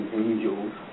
angels